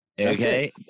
Okay